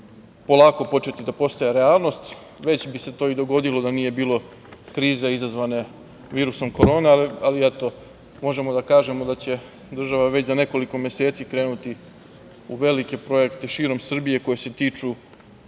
polako početi da postaje realnost, već bi se to dogodilo da nije bilo krize izazvane virusom Korona, ali eto možemo da kažemo da će država već za nekoliko meseci krenuti u velike projekte i širom Srbije, koji se tiču